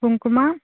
కుంకుమ